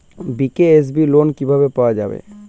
BKSB loan কিভাবে পাওয়া যাবে?